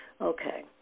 Okay